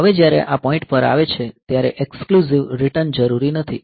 હવે જ્યારે આ પોઈન્ટ પર આવે છે ત્યારે એક્સ્ક્લુઝિવ રીટર્ન જરૂરી નથી